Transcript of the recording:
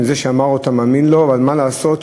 אבל מה לעשות,